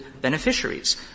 beneficiaries